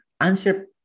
answer